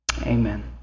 Amen